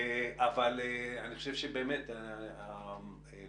אני חושב שהלקח